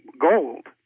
gold